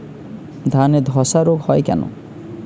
ধানে ধসা রোগ কেন হয়?